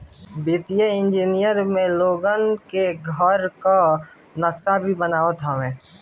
वित्तीय इंजनियर में लोगन के घर कअ नक्सा भी बनावत हवन